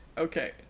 Okay